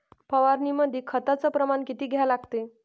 फवारनीमंदी खताचं प्रमान किती घ्या लागते?